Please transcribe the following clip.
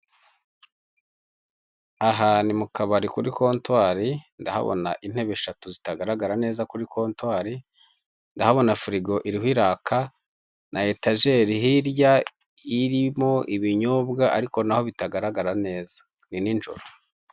Aha ni mu kabari kuri kontwari ndahabona intebe eshatu zitagaragara neza kuri kontwari, ndahabona firigo iriho iraka na etajeri hirya irimo ibinyobwa ariko naho bitagaragara neza ni nijoro.